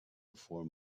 before